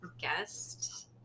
guest